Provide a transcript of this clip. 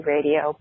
Radio